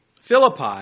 Philippi